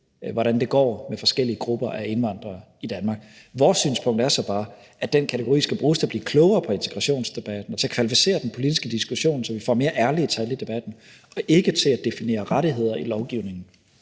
hvordan det går med forskellige grupper af indvandrere i Danmark. Vores synspunkt er så bare, at den kategori skal bruges til at blive klogere på integrationsdebatten og til at kvalificere den politiske diskussion, så vi får mere ærlige tal i debatten, og ikke til at definere rettigheder i lovgivningen,